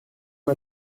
m’a